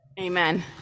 amen